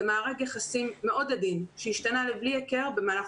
זה מארג יחסים מאוד עדין שהשתנה לבלי הכר במהלך